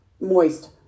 Moist